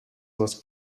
was